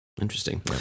Interesting